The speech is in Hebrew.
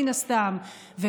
מן הסתם,